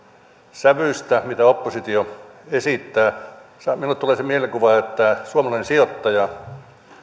sävystä mitä oppositio esittää minulle tulee se mielikuva että suomalainen sijoittaja